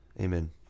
amen